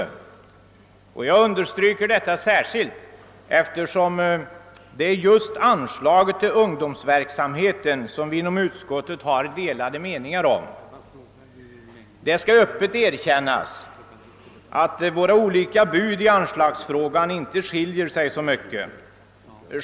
Jag vill särskilt understryka detta, eftersom det just beträffande anslaget till ungdomsverksamheten råder delade meningar inom utskottet. Det skall öppet erkännas att våra oli ka bud i anslagsfrågan inte skiljer sig särskilt mycket från varandra.